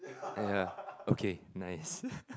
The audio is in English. eh yeah okay nice